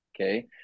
Okay